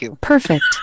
Perfect